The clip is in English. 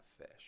fish